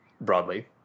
broadly